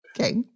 Okay